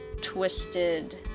twisted